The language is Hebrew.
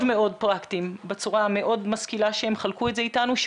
מאוד פרקטיים בצורה המאוד משכילה שהם חלקו את זה איתנו.